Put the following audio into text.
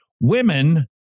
women